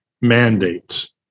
mandates